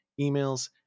emails